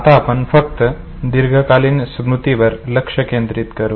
आता आपण फक्त दीर्घकालीन स्मृतीवर लक्ष केंद्रित करू